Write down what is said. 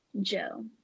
Joe